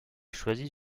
choisit